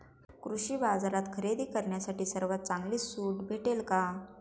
कृषी बाजारात खरेदी करण्यासाठी सर्वात चांगली सूट भेटेल का?